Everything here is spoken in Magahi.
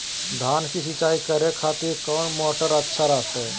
धान की सिंचाई करे खातिर कौन मोटर अच्छा रहतय?